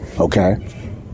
Okay